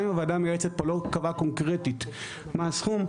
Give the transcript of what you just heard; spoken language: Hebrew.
אז גם אם הוועדה המייעצת פה לא קבעה קונקרטית מה הסכום,